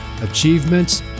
achievements